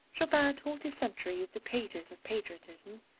chopin taught his century the pathos of patriotism,